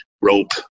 rope